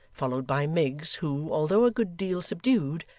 followed by miggs, who, although a good deal subdued,